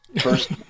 first